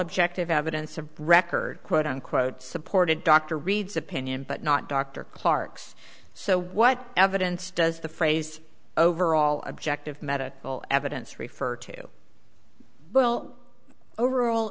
objective evidence of record quote unquote supported dr reid's opinion but not dr clark's so what evidence does the phrase overall objective medical evidence refer to well overall